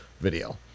video